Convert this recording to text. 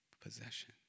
possession